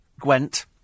Gwent